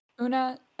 Una